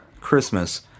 Christmas